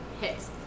Hits